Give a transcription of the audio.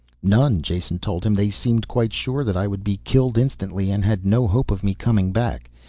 none, jason told him. they seemed quite sure that i would be killed instantly and had no hope of me coming back.